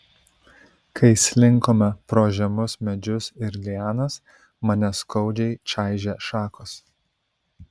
kai slinkome pro žemus medžius ir lianas mane skaudžiai čaižė šakos